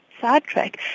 sidetrack